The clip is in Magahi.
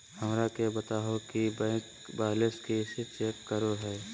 हमरा के बताओ कि बैंक बैलेंस कैसे चेक करो है?